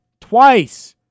Twice